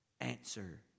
answer